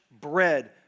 bread